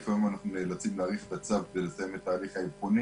לפעמים אנחנו נאלצים להאריך את הצו כדי לסיים את ההליך האבחוני.